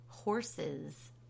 Horses